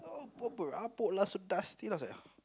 oh bor~ berhabuk lah so dusty then I was like